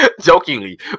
jokingly